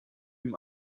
ihm